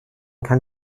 kann